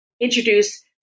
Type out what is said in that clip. introduce